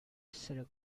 essere